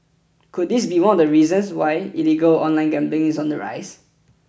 could this be one of the reasons why illegal online gambling is on the rise